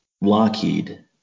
Lockheed